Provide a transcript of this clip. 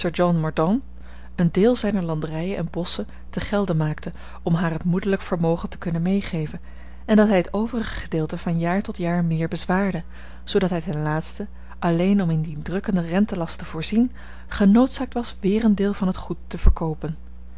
john mordaunt een deel zijner landerijen en bosschen te gelde maakte om haar het moederlijk vermogen te kunnen meegeven en dat hij het overige gedeelte van jaar tot jaar meer bezwaarde zoodat hij ten laatste alleen om in dien drukkenden rentelast te voorzien genoodzaakt was weer een deel van het goed te verkoopen